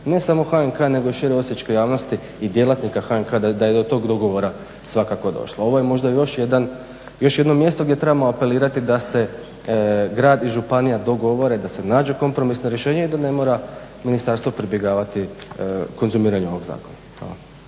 ne samo HNK nego i šire osječke javnosti i djelatnika HNK da je do tog dogovora svakako došlo. Ovo je možda još jedno mjesto gdje trebamo apelirati da se grad i županija dogovore, da se nađu kompromisna rješenja i da ne mora ministarstvo pribjegavati konzumiranju ovog zakona.